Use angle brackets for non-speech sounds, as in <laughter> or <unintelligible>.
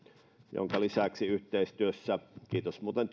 minkä lisäksi yhteistyössä työmarkkinajärjestöjen kanssa kiitos muuten <unintelligible>